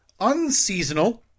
unseasonal